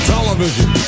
Television